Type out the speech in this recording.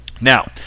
Now